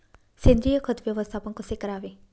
सेंद्रिय खत व्यवस्थापन कसे करावे?